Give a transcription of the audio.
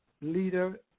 leader